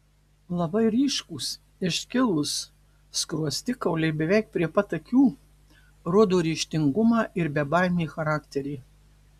labai ryškūs iškilūs skruostikauliai beveik prie pat akių rodo ryžtingumą ir bebaimį charakterį